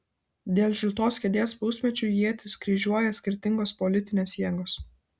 dėl šiltos kėdės pusmečiui ietis kryžiuoja skirtingos politinės jėgos